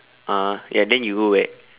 a'ah ya then you go where